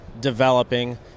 developing